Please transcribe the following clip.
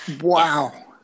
Wow